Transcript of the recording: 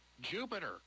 Jupiter